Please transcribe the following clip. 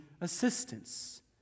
assistance